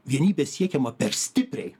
vienybė siekiama per stipriai